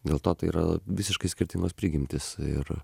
dėl to tai yra visiškai skirtingos prigimtys ir